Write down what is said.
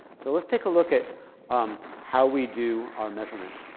so let's take a look at um how we do our measurement.